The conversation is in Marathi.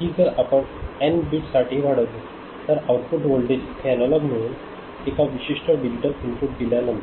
ही जर आपण एन बीट साठी वाढवले तर आउटपुट होल्टेज इथे अनालॉग मिळेल एका विशिष्ट डिजिटल इनपुट दिल्यानंतर